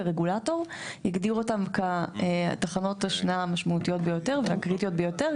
כרגולטור הגדיר אותן כתחנות השנעה משמעותיות ביותר והקריטיות ביותר,